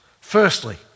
Firstly